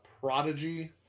Prodigy